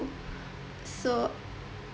so